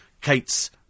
Kate's